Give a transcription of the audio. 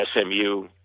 SMU